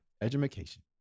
education